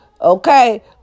Okay